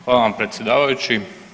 Hvala vam predsjedavajući.